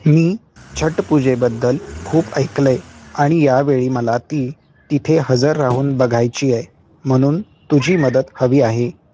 मी छठ पूजेबद्दल खूप ऐकलं आहे आणि यावेळी मला ती तिथे हजर राहून बघायची आहे म्हणून तुझी मदत हवी आहे